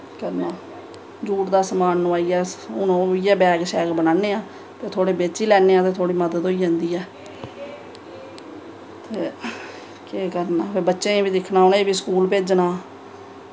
करना जूट दा समान नोआइयै ते ओह् हून इ'यै बैग शैग बनाने आं ते थोह्ड़े बेची लैन्ने आं ते थोह्ड़ी मदद होई जंदी ऐ केह् करना बच्चें ई बी दिक्खना उ'नेंगी बी स्कूल भेजना